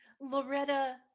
Loretta